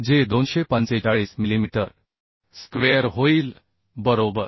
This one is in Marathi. जे 245 मिलीमीटर स्क्वेअर होईल बरोबर